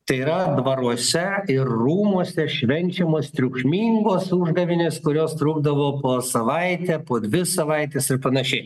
tai yra dvaruose ir rūmuose švenčiamos triukšmingos užgavėnės kurios trukdavo po savaitę po dvi savaites ir panašiai